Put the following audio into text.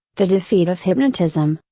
the defeat of hypnotism,